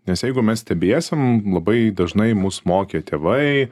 nes jeigu mes stebėsim labai dažnai mus mokė tėvai